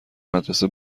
مدرسه